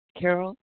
Carol